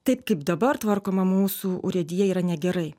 taip kaip dabar tvarkoma mūsų urėdija yra negerai